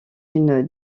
une